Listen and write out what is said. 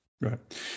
Right